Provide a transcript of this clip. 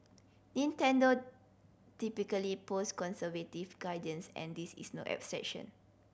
Nintendo typically post conservative guidance and this is no exception